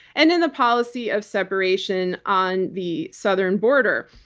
and in the policy of separation on the southern border.